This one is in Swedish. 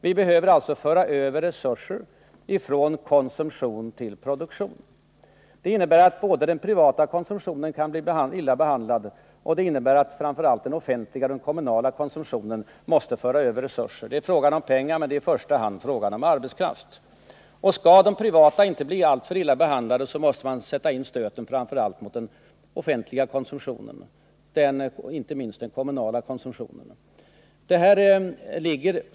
Vi behöver alltså föra över resurser ifrån konsumtion till produktion. Det innebär att den privata konsumtionen kan bli illa behandlad och framför allt att den offentliga, den kommunala konsumtionen måste föra över resurser till den konkurrensutsatta sektorn. Det är fråga om pengar men också och i första hand om arbetskraft. Och skall de privata inte bli alltför illa behandlade måste vi sätta in stöten framför allt mot den offentliga konsumtionen, inte minst den kommunala.